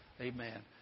Amen